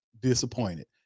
disappointed